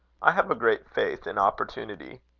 i have a great faith in opportunity.